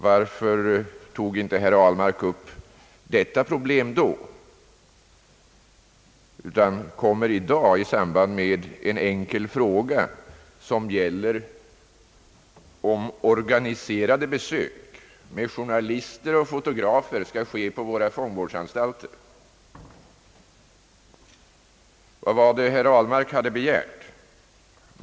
Varför tog herr Ahlmark inte upp detta problem då, utan kommer i dag i samband med en enkel fråga, som gäller om organiserade besök med journalister och fotografer skall tillåtas på våra fångvårdsanstalter? Vad var det herr Ahlmark hade begärt?